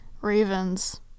ravens